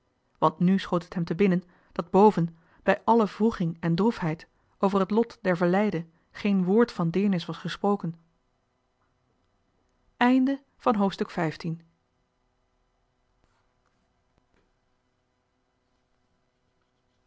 want nu schoot het hem te binnen dat boven bij alle wroeging en droefheid over het lot der verleide geen woord van medelij was gesproken